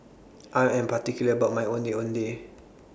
I Am particular about My Ondeh Ondeh